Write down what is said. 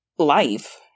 life